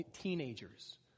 teenagers